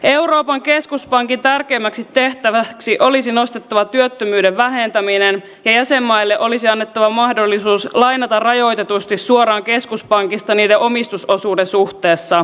euroopan keskuspankin tärkeimmäksi tehtäväksi olisi nostettava työttömyyden vähentäminen ja jäsenmaille olisi annettava mahdollisuus lainata rajoitetusti suoraan keskuspankista niiden omistusosuuden suhteessa